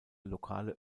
lokale